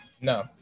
No